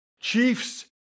Chiefs